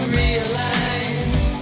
realize